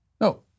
No